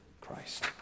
Christ